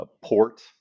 port